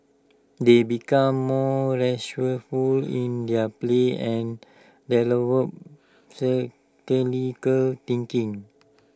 they become more resourceful in their play and thinking